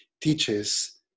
teaches